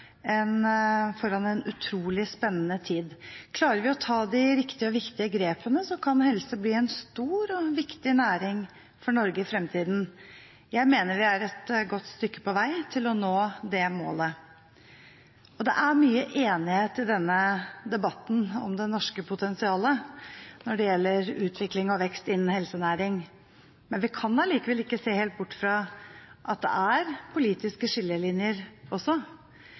en utrolig spennende tid. Klarer vi å ta de viktige og riktige grepene, kan helse bli en stor og viktig næring for Norge i framtiden. Jeg mener vi er et godt stykke på vei til å nå det målet. Det er mye enighet i denne debatten om det norske potensialet når det gjelder utvikling og vekst innen helsenæring, men vi kan allikevel ikke se helt bort fra at det er politiske skillelinjer også.